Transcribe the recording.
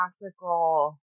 practical